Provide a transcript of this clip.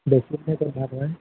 বেছি